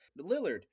Lillard